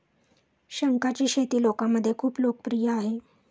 शंखांची शेती लोकांमध्ये खूप लोकप्रिय आहे